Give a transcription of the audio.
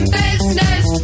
business